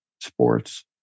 sports